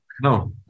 no